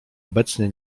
obecnie